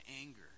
anger